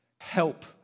help